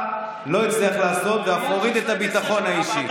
לא הצליח לעשות, ואף הוריד את הביטחון האישי.